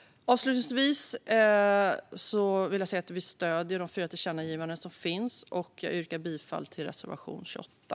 Avslutningsvis vill jag säga att vi stöder de fyra förslag om tillkännagivanden som finns. Jag yrkar bifall till reservation 28.